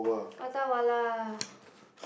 Prata Wala